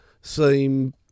seem